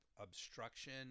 obstruction